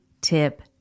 tip